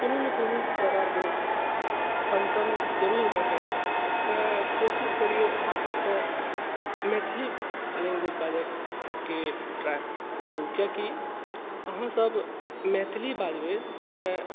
कोनो ने कोनो प्रकारके फंक्शन जरूर होइत हैत तऽ कोशिश करिऔ अहाँ ओतऽ मैथिली लैँग्वेज बाजैके ट्राइ करू कियाकि अहाँसब मैथिली बाजबै तऽ